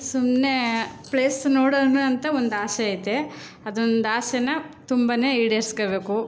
ಸುಮ್ಮನೆ ಪ್ಲೇಸ್ ನೋಡೋಣ ಅಂತ ಒಂದು ಆಸೆ ಐತೆ ಅದೊಂದು ಆಸೆನ ತುಂಬನೇ ಈಡೇರ್ಸ್ಕೊಳ್ಬೇಕು